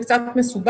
זה קצת מסובך,